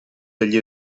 degli